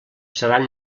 seran